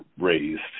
raised